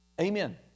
Amen